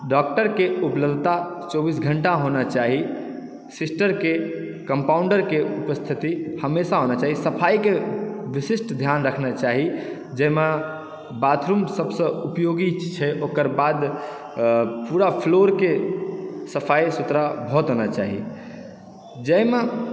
डाक्टरके उपलब्धता चौबिस चौबीस घण्टा होना चाही सिस्टरके कम्पाउन्डरके उपस्थिति हमेशा होना चाहि सफाईके विशिष्ट ध्यान रखना चाही जाहिमे बाथरूम सबसँ उपयोगी छै ओकर बाद अऽ पूरा फ्लोरकेँ सफाई सुथरा भऽ तेना चाहि जैमे